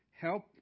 help